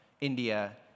India